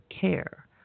care